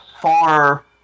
far